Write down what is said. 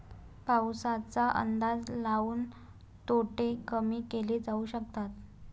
पाऊसाचा अंदाज लाऊन तोटे कमी केले जाऊ शकतात